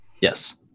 Yes